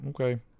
okay